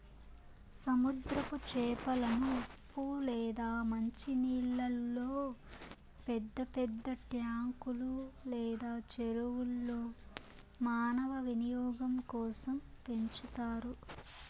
సముద్రపు చేపలను ఉప్పు లేదా మంచి నీళ్ళల్లో పెద్ద పెద్ద ట్యాంకులు లేదా చెరువుల్లో మానవ వినియోగం కోసం పెంచుతారు